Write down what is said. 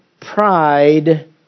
pride